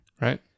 Right